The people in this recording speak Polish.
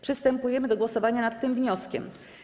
Przystępujemy do głosowania nad tym wnioskiem.